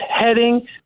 heading